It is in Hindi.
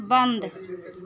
बन्द